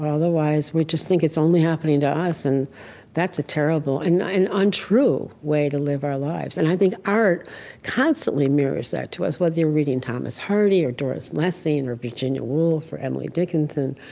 otherwise, we'd just think it's only happening to us. and that's a terrible and and untrue way to live our lives. and i think art constantly mirrors that to us, whether you're reading thomas hardy, or doris lessing, and or virginia woolf, or emily dinkinson,